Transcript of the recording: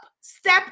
step